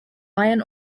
iron